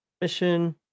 mission